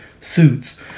suits